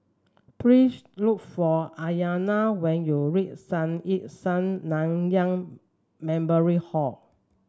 please look for Aryana when you reach Sun Yat Sen Nanyang Memorial Hall